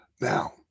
Now